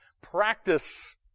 practice